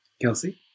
Kelsey